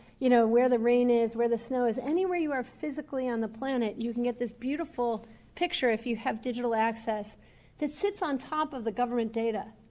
you know, where the rain is, where the snow is. anywhere you are physically on the planet you can get this beautiful picture if you have digital access that sits on top of the government data,